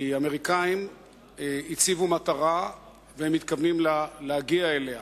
האמריקנים הציבו מטרה, והם מתכוונים להגיע אליה.